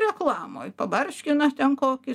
reklamoj pabarškina ten kokį